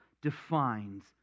defines